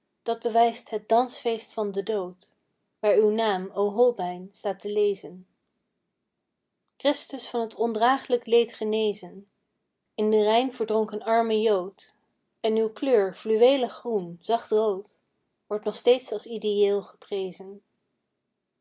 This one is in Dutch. dat bewijst het dansfeest van den dood waar uw naam o holbein staat te lezen christus van t ondragelijk leed genezen in den rijn verdronk een arme jood en uw kleur fluweelig groen zacht rood wordt nog steeds als ideëel geprezen